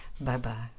Bye-bye